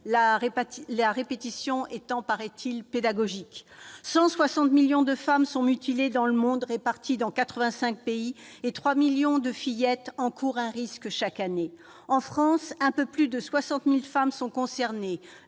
la répétition est pédagogique, paraît-il. Ainsi, 160 millions de femmes sont mutilées à travers le monde, dans 85 pays, et 3 millions de fillettes encourent un risque chaque année. En France, un peu plus de 60 000 femmes sont concernées.